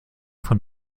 von